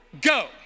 go